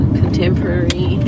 contemporary